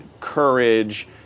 courage